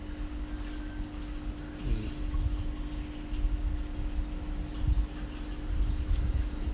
mm